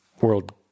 world